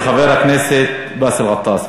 של חבר הכנסת באסל גטאס.